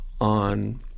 on